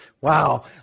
wow